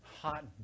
Hot